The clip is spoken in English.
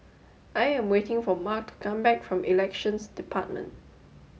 I am waiting for Mart to come back from Elections Department